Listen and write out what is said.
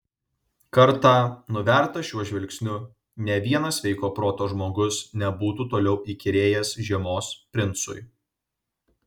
kartą nuvertas šiuo žvilgsniu nė vienas sveiko proto žmogus nebūtų toliau įkyrėjęs žiemos princui